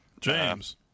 James